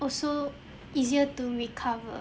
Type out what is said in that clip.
also easier to recover